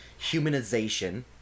humanization